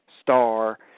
star